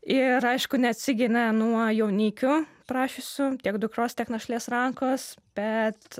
ir aišku neatsigynė nuo jaunikių prašiusių tiek dukros tiek našlės rankos bet